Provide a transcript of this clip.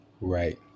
Right